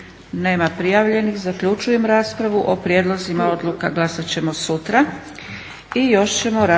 Nema prijavljenih. Zaključujem raspravu. O prijedlozima odluka glasat ćemo sutra.